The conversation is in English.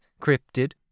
cryptid